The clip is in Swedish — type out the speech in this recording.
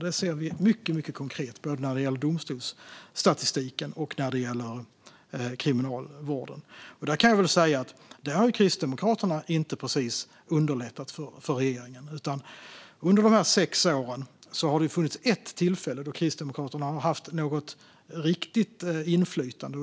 Det ser vi mycket, mycket konkret både när det gäller domstolsstatistiken och kriminalvården. Jag kan väl säga att där har Kristdemokraterna inte precis underlättat för regeringen. Under de här sex åren har det funnits ett enda tillfälle då Kristdemokraterna har haft något riktigt inflytande.